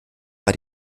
war